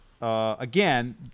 Again